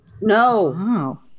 No